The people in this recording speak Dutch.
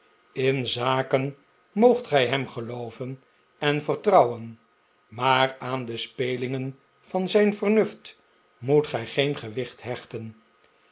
in zaken moogt gij hem gelooven en vertrouwen maar aan de spelingen van zijn vernuft moet gij geen gewicht hechten